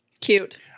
Cute